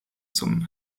zum